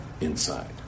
inside